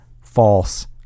false